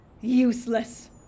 Useless